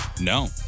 No